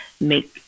make